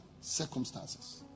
circumstances